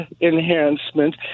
enhancement